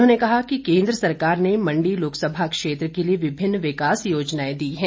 उन्होंने कहा कि केन्द्र सरकार ने मंडी लोकसभा क्षेत्र के लिए विभिन्न विकास योजनाएं दी हैं